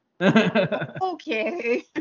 Okay